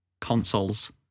consoles